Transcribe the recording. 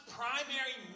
primary